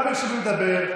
אבל כשמגיעים לבנט,